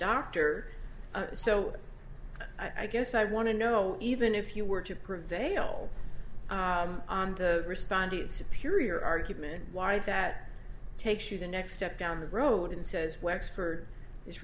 doctor so i guess i want to know even if you were to prevail on the responded superior argument why that takes you the next step down the road and says wexford